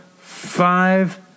five